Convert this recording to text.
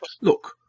look